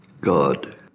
God